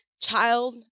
child